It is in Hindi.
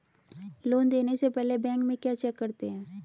लोन देने से पहले बैंक में क्या चेक करते हैं?